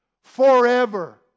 forever